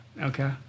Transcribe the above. Okay